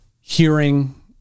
hearing